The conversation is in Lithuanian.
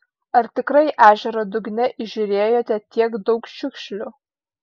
ar tikrai ežero dugne įžiūrėjote tiek daug šiukšlių